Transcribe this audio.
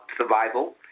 survival